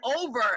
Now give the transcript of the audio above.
over